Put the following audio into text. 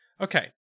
Okay